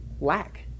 lack